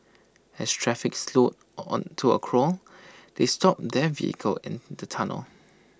as traffic slowed on to A crawl they stopped their vehicle in the tunnel